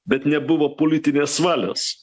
bet nebuvo politinės valios